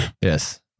Yes